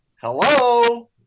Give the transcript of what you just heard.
Hello